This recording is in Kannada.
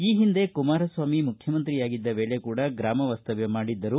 ಈ ಹಿಂದೆ ಕುಮಾರಸ್ವಾಮಿ ಮುಖ್ಯಮಂತ್ರಿಯಾಗಿದ್ದ ವೇಳೆ ಕೂಡ ಗ್ರಾಮ ವಾಸ್ತವ್ಯ ಮಾಡಿದ್ದರು